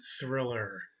thriller